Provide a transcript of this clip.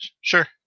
Sure